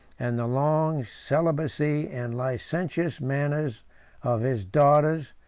and the long celibacy and licentious manners of his daughters,